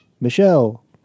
Michelle